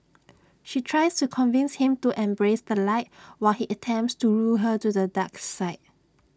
she tries to convince him to embrace the light while he attempts to lure her to the dark side